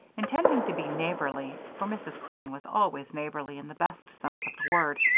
intending to be neighborly, for mrs. crane was always neighborly in the best sense of the word,